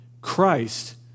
Christ